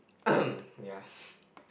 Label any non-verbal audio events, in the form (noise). (noise) ya